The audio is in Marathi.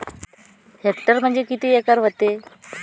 हेक्टर म्हणजे किती एकर व्हते?